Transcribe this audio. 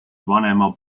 vanema